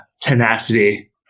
tenacity